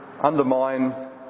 undermine